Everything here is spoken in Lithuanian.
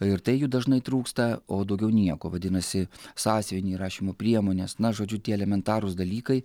ir tai jų dažnai trūksta o daugiau nieko vadinasi sąsiuviniai rašymo priemonės na žodžiu tie elementarūs dalykai